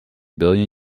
billion